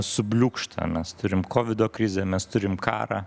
subliūkšta mes turim kovido krizę mes turim karą